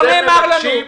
לא נאמר לנו.